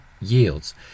yields